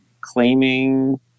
claiming